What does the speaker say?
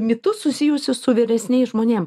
mitus susijusius su vyresniais žmonėm